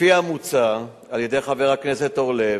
לפי המוצע על-ידי חבר הכנסת אורלב,